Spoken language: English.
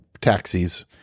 taxis